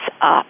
up